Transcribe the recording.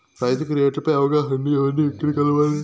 రైతుకు రేట్లు పై అవగాహనకు ఎవర్ని ఎక్కడ కలవాలి?